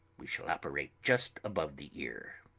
we shall operate just above the ear.